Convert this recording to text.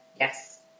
yes